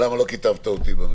למה לא כיתבת אותי?